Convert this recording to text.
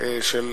של ישראל,